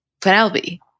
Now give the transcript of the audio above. Penelope